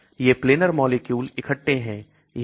बे Planar molecule इकट्ठे हैं